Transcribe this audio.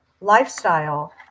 lifestyle